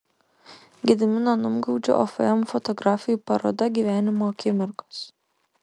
gedimino numgaudžio ofm fotografijų paroda gyvenimo akimirkos